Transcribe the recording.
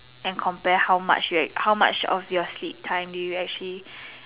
and compare how much how much of your sleep time do you actually